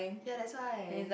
ya that's why